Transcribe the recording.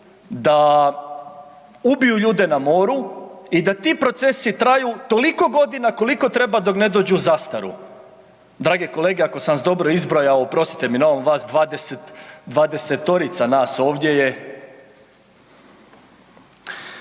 da ubiju ljude na moru i da ti procesi traju toliko godina koliko treba dok ne dođu u zastaru. Drage kolege, ako sam vas dobro izbrojao, oprostite mi na ovom, vas dvadesetorica nas ovdje je,